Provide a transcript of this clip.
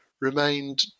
remained